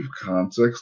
context